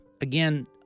again